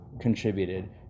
contributed